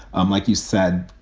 um like you said,